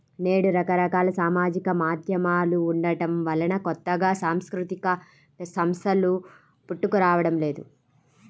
నేడు రకరకాల సామాజిక మాధ్యమాలు ఉండటం వలన కొత్తగా సాంస్కృతిక సంస్థలు పుట్టుకురావడం లేదు